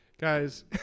Guys